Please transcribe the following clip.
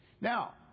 Now